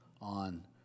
on